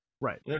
Right